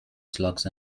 slugs